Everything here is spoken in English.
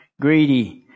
greedy